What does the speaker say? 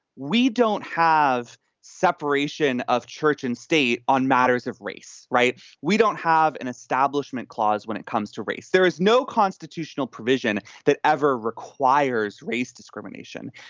we don't have separation of church and state on matters of race. right. we don't have an establishment clause when it comes to race. there is no constitutional provision that ever requires race discrimination.